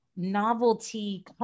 novelty